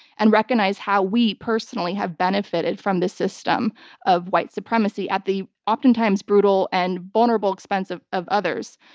and recognize how we personally have benefited from the system of white supremacy at the oftentimes brutal and vulnerable expense of of others.